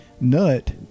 nut